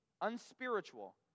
unspiritual